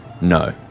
No